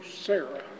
Sarah